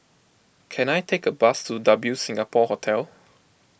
can I take a bus to W Singapore Hotel